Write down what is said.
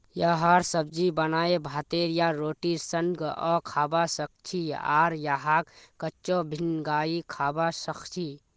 यहार सब्जी बनाए भातेर या रोटीर संगअ खाबा सखछी आर यहाक कच्चो भिंगाई खाबा सखछी